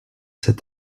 said